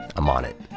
i'm on it.